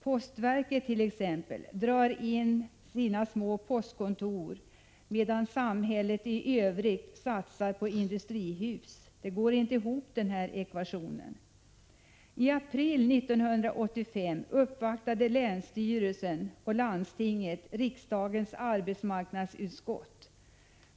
Postverket, t.ex., drar in sina små postkontor medan samhället i övrigt satsar på 171 industrihus. Den här ekvationen går inte ihop. I april 1985 uppvaktade länsstyrelsen och landstinget riksdagens arbetsmarknadsutskott.